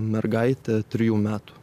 mergaitė trijų metų